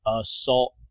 assault